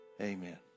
amen